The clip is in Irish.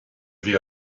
bhí